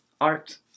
art